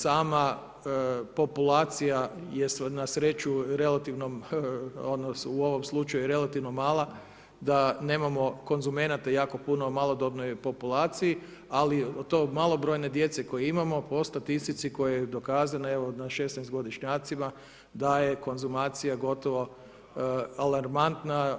Sama populacija je na sreću relativno u ovom slučaju relativno mala da nemamo konzumenata jako puno u malodobnoj populaciji, ali to malobrojne djece koje imamo po statistici koja je dokazana na 16-godišnjacima da je konzumacija gotovo alarmantna.